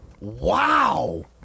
Wow